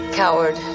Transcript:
coward